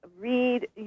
read